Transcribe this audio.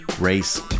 race